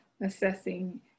assessing